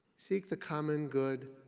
seek the common good.